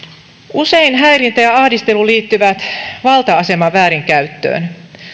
usein häirintä ja ahdistelu liittyvät valta aseman väärinkäyttöön